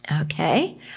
Okay